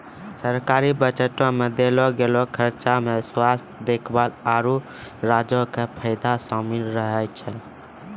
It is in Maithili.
सरकारी बजटो मे देलो गेलो खर्चा मे स्वास्थ्य देखभाल, आरु राज्यो के फायदा शामिल रहै छै